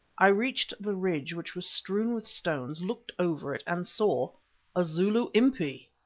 i reached the ridge, which was strewn with stones, looked over it, and saw a zulu impi!